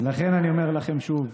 לכן אני אומר לכם שוב,